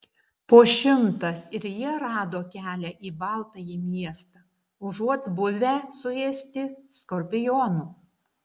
po šimtas ir jie rado kelią į baltąjį miestą užuot buvę suėsti skorpionų